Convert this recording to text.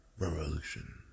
Revolution